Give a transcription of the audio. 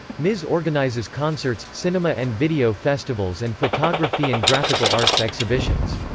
mis organizes concerts, cinema and video festivals and photography and graphical arts exhibitions.